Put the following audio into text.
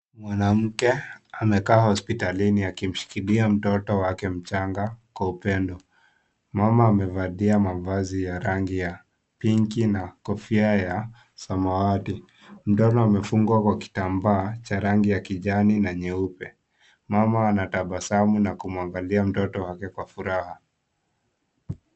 Mwanamke amekaa hospitalini akimshikilia mtoto wake mchanga kwa upendo. Mama amevalia mavazi ya rangi ya pinki na kofia ya samawati. Mtoto amefungwa kwa kitambaa cha rangi ya kijani na nyeupe. Mama anatabasamu na kumwangalia mtoto wake kwa furaha.